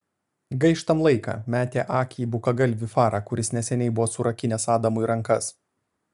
gaištam laiką metė akį į bukagalvį farą kuris neseniai buvo surakinęs adamui rankas